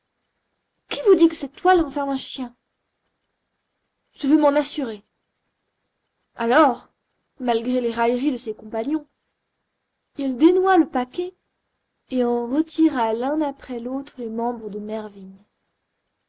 qui vous dit que cette toile renferme un chien je veux m'en assurer alors malgré les railleries de ses compagnons il dénoua le paquet et en retira l'un après l'autre les membres de